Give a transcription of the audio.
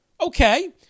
Okay